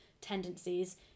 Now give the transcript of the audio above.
tendencies